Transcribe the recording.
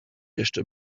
jeszcze